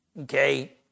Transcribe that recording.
Okay